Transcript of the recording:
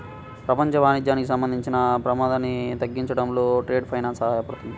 ప్రపంచ వాణిజ్యానికి సంబంధించిన ప్రమాదాన్ని తగ్గించడంలో ట్రేడ్ ఫైనాన్స్ సహాయపడుతుంది